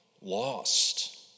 lost